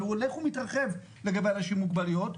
אבל הוא הולך ומתרחב לגבי אנשים עם מוגבלויות,